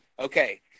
Okay